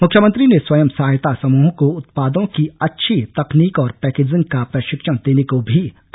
मुख्यमंत्री ने स्वयं सहायता समूहों को उत्पादन की अच्छी तकनीक और पैकेजिंग का प्रशिक्षण देने को भी कहा